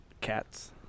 Cats